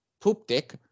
poop-dick